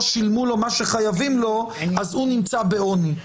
שילמו לו מה שחייבים לו אז הוא נמצא בעוני.